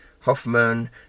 Hoffman